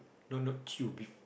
no no chew beef